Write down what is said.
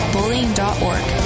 Bullying.org